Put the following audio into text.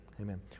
Amen